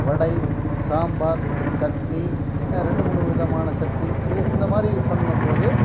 வடை சாம்பார் சட்னி ரெண்டு மூணு விதமான சட்னி இது இந்த மாதிரி பண்ணும் போது